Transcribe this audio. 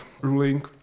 ruling